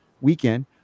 weekend